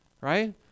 right